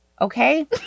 Okay